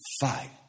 fight